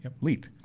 LEAP